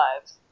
lives